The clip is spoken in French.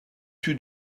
tue